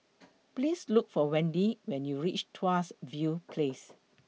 Please Look For Wendy when YOU REACH Tuas View Place